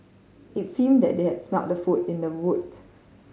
it seemed that they had smelt the food in the boot